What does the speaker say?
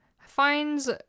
finds